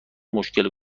مشکل